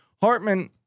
Hartman